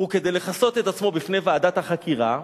כדי לכסות את עצמו בפני ועדת החקירה,